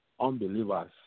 Unbelievers